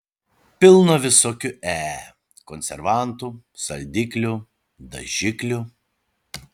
pilna visokių e konservantų saldiklių dažiklių